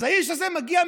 אז האיש הזה מגיע,